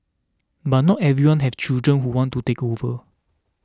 but not everyone has children who want to take over